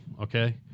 Okay